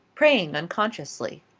praying unconsciously.